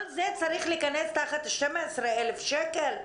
כל זה צריך להיכנס תחת 12,000 שקל?